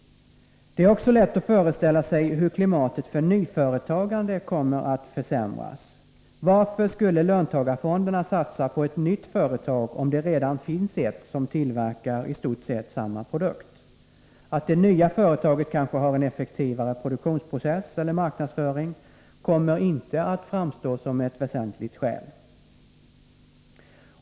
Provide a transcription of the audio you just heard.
Det är också lätt att föreställa sig att klimatet för nyföretagande kommer att försämras. Varför skulle löntagarfonderna satsa på ett nytt företag, om det redan finns ett företag som tillverkar i stort sett samma produkt? Att det nya företaget kanske har en effektivare produktionsprocess eller marknadsföring kommer inte att framstå som ett väsentligt skäl.